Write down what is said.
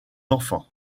enfants